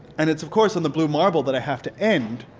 and it's of course on the blue marble that i have to end,